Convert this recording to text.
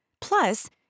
Plus